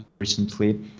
recently